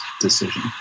decision